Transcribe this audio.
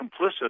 complicit